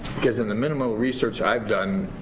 because in the minimal research i've done